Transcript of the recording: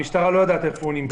המשטרה לא יודעת איפה הוא נמצא.